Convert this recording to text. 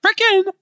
freaking